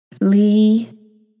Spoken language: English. Lee